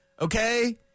okay